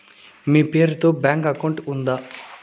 మీ పేరు తో bank account ఉందా?